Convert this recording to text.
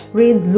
read